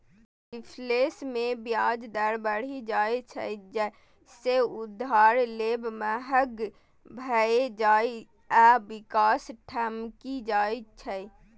reflation मे ब्याज दर बढ़ि जाइ छै, जइसे उधार लेब महग भए जाइ आ विकास ठमकि जाइ छै